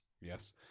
Yes